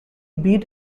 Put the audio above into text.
beat